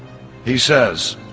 he says,